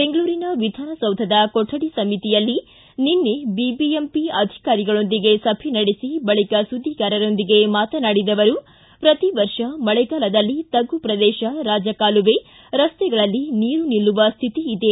ಬೆಂಗಳೂರಿನ ವಿಧಾನಸೌಧದ ಕೊಠಡಿ ಸಮಿತಿಯಲ್ಲಿ ನಿನ್ನೆ ಬಿಬಿಎಂಪಿ ಅಧಿಕಾರಿಗಳೊಂದಿಗೆ ಸಭೆ ನಡೆಸಿ ಬಳಿಕ ಸುದ್ವಿಗಾರೊಂದಿಗೆ ಮಾತನಾಡಿದ ಅವರು ಪ್ರತಿ ವರ್ಷ ಮಳೆಗಾಲದಲ್ಲಿ ತಗ್ಗು ಪ್ರದೇಶ ರಾಜಕಾಲುವೆ ರಸ್ತೆಗಳಲ್ಲಿ ನೀರು ನಿಲ್ಲುವ ಶ್ಥಿತಿ ಇದೆ